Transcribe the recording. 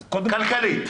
כלכלית.